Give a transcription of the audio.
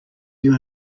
you